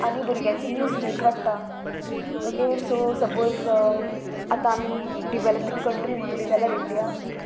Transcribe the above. आनी भुरग्यांची new skills वाडटा ओके सो सपोज आतां आमी डिवॅलपींग कंट्री म्हणली जाल्यार इंडिया